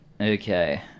Okay